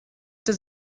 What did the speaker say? does